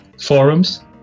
forums